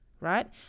right